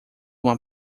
uma